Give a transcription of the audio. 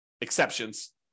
exceptions